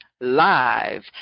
live